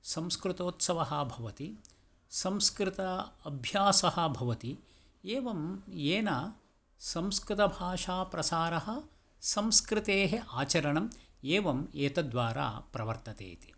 संस्कृतोत्सवः भवति संस्कृत अभ्यासः भवति एवं येन संस्कृतभाषाप्रसारः संस्कृतेः आचरणम् एवम् एतद्द्वारा प्रवर्तते इति